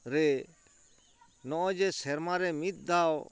ᱨᱮ ᱱᱚᱜᱼᱚᱭ ᱡᱮ ᱥᱮᱨᱢᱟᱨᱮ ᱢᱤᱫᱫᱷᱟᱣ